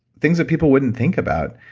things that people wouldn't think about.